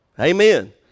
Amen